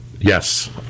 Yes